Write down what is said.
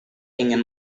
ingin